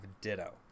Ditto